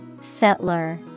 Settler